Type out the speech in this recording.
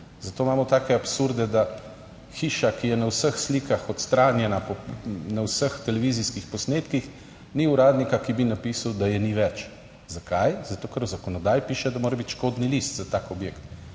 zato imamo take absurde, da hiša, ki je na vseh slikah odstranjena, na vseh televizijskih posnetkih, ni uradnika, ki bi napisal, da je ni več. Zakaj? Zato, ker v zakonodaji piše, da mora biti škodni list za tak objekt